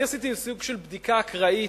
אני עשיתי סוג של בדיקה אקראית,